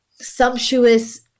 sumptuous